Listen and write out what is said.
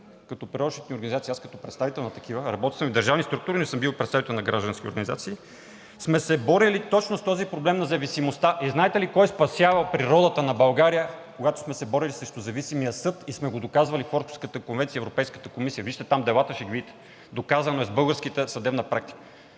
като природозащитни организации, аз като представител на такива – работил съм и в държавни структури, но съм бил и представител на граждански организации, сме се борили точно с този проблем на зависимостта. И знаете ли кой спасява природата на България, когато сме се борили срещу зависимия съд и сме го доказвали в Орхуската конвенция, в Европейската комисия? Вижте там делата и ще видите. Доказано е с българската съдебна практика,